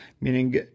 meaning